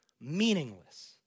meaningless